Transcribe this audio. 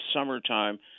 summertime